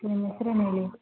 ನಿಮ್ಮ ಹೆಸ್ರ್ ಏನು ಹೇಳಿ